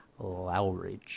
Lowridge